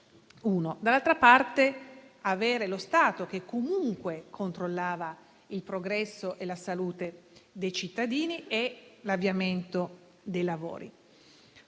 Dall'altra parte, cercammo di avere lo Stato che comunque controllava il progresso, la salute dei cittadini e l'avviamento dei lavori.